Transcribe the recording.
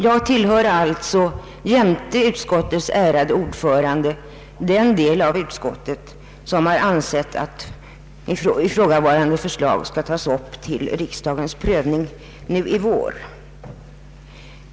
Jag tillhör alltså, jämte utskottets ärade ordförande, den del av utskottet som har ansett att ifrågavarande förslag skall tas upp till riksdagens prövning nu i vår.